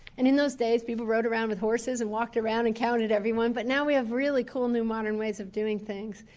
and in those days people rode around with horses and walked around and counted everyone but now we have really cool new modern ways of doing things.